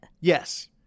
Yes